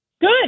good